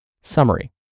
Summary